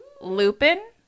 Lupin